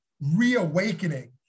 reawakening